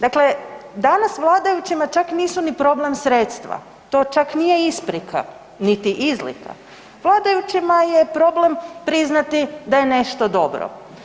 Dakle, danas vladajućima čak nisu ni problem sredstva, to čak nije isprika, niti izlika, vladajućima je problem priznati da je nešto dobro.